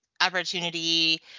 opportunity